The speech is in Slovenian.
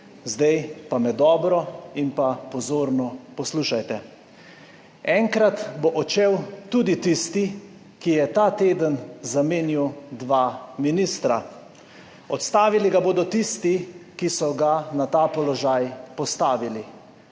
Zdaj pa me dobro in pa pozorno poslušajte, enkrat bo odšel tudi tisti, ki je ta teden zamenjal dva ministra, odstavili ga bodo tisti, ki so ga na ta položaj postavili,